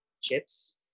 chips